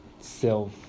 self